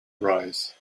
arise